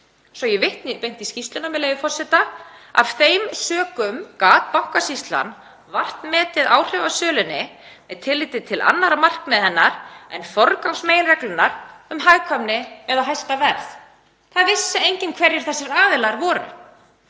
Svo ég vitni beint í skýrsluna, með leyfi forseta: „Af þeim sökum gat Bankasýslan vart metið áhrif af sölunni með tilliti til annarra markmiða hennar en forgangsmeginreglunnar um hagkvæmni eða hæsta verð.“ Það vissi enginn hverjir þessir aðilar voru.